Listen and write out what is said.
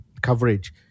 coverage